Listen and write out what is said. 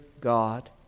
God